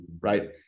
Right